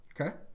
Okay